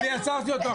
אני עצרתי אותו.